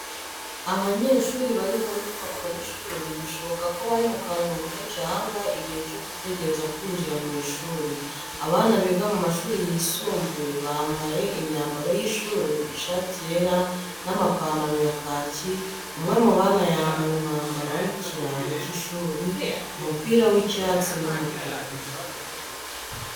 Abanyeshuri bari mu nyubako y’ishuri, bishoboka ko bari mu karuhuko cyangwa igihe cyo gutegereza kwinjira mu ishuri. Abana biga mu mashuri yisumbuye bambaye imyambaro y’ishuri ishati yera n’amapantaro y’kaki Umwe mu bana yambaye umwambaro w’ikirango cy’ishuri umupira w’icyatsi n’umutuku.